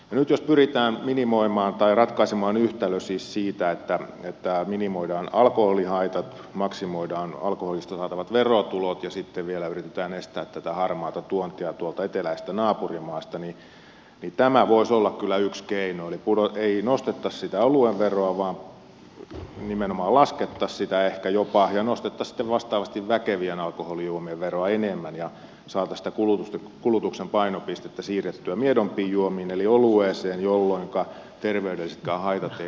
nyt jos pyritään ratkaisemaan yhtälö siis siitä että minimoidaan alkoholihaitat maksimoidaan alkoholista saatavat verotulot ja sitten vielä yritetään estää tätä harmaata tuontia tuolta eteläisestä naapurimaasta niin tämä voisi olla kyllä yksi keino eli ei nostettaisi sitä oluen veroa vaan nimenomaan ehkä jopa laskettaisiin sitä ja nostettaisiin sitten vastaavasti väkevien alkoholijuomien veroa enemmän ja saataisiin sitä kulutuksen painopistettä siirrettyä miedompiin juomiin eli olueen jolloinka terveydellisetkään haitat eivät varmaan olisi niin pahoja